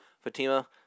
Fatima